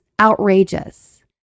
outrageous